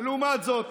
ולעומת זאת,